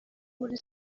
muri